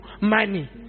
money